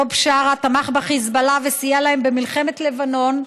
אותו בשארה תמך בחיזבאללה וסייע להם במלחמת לבנון,